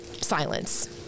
silence